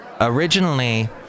originally